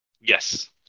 Yes